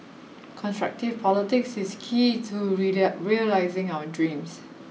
constructive politics is key to realising our dreams